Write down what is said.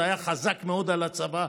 זה היה חזק מאוד על הצבא,